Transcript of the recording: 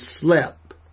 slept